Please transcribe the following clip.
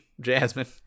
Jasmine